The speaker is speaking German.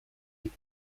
und